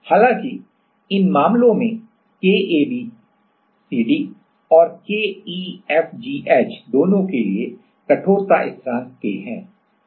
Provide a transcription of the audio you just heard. हालाँकि इन मामलों KAB CD और KEFGH दोनों के लिए कठोरता स्थिरांक K हैं